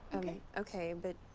okay, but.